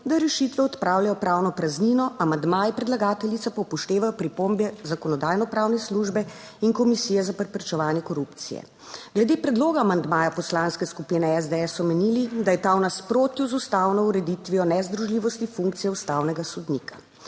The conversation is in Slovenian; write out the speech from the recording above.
da rešitve odpravljajo pravno praznino, amandmaji predlagateljice pa upoštevajo pripombe Zakonodajno-pravne službe in Komisije za preprečevanje korupcije. Glede predloga amandmaja Poslanske skupine SDS so menili, da je ta v nasprotju z ustavno ureditvijo nezdružljivosti funkcije ustavnega sodnika.